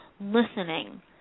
listening